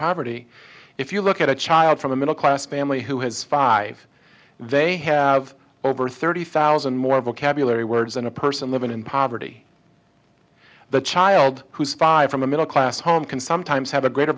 poverty if you look at a child from the middle class family who has five they have over thirty thousand more vocabulary words than a person living in poverty the child who is five from the middle class home can sometimes have a greater